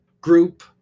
group